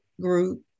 group